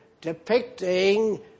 depicting